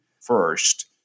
first